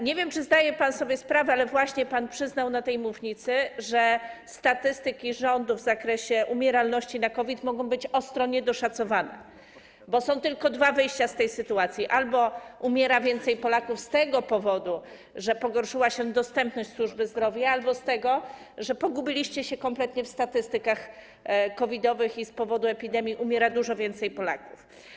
Nie wiem, czy zdaje pan sobie sprawę, ale właśnie pan przyznał na tej mównicy, że statystyki rządu w zakresie umieralności na COVID mogą być ostro niedoszacowane, bo są tylko dwa wyjścia z tej sytuacji: albo umiera więcej Polaków z tego powodu, że pogorszyła się dostępność służby zdrowia, albo z tego, że pogubiliście się kompletnie w statystykach COVID-owych i z powodu epidemii umiera dużo więcej Polaków.